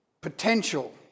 potential